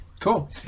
Cool